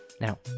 Now